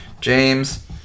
James